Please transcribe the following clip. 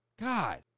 God